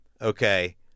okay